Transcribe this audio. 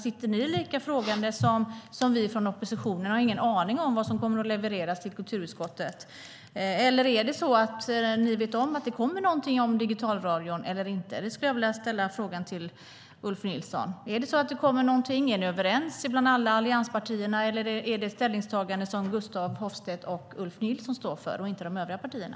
Sitter ni lika frågande som vi från oppositionen och har ingen aning om vad som kommer att levereras till kulturutskottet? Vet ni om det ska komma något förslag om digitalradion eller inte? Kommer det något, Ulf Nilsson? Är ni överens bland alla allianspartierna eller är det ett ställningstagande som Gustaf Hoffstedt och Ulf Nilsson står för, inte de övriga partierna?